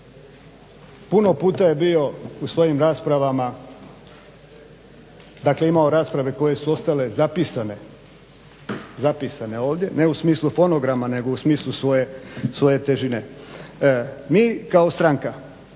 puno puta je bio u svojim raspravama dakle imao rasprave koje su ostale zapisane ovdje, ne u smislu fonograma nego u smislu svoje težine. Mi kao stranka